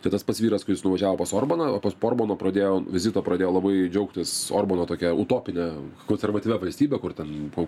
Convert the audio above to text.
tai tas pats vyras kuris nuvažiavo pas orbaną o po orbano pradėjo vizito pradėjo labai džiaugtis orbano tokia utopine konservatyvia valstybe kur ten po